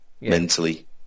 mentally